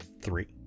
three